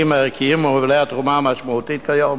הערכיים ובעלי התרומה המשמעותית היום